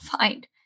find